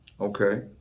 okay